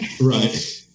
Right